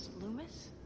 Loomis